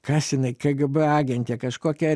kas jinai kgb agentė kažkokia